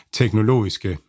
teknologiske